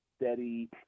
steady